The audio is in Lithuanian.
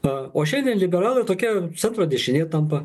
na o šiandien liberalai tokia centro dešinė tampa